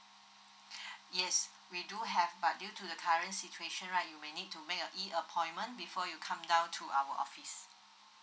yes we do have but due to the current situation right you may need to make a E appointment before you come down to our office